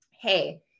Hey